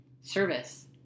service